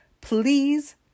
Please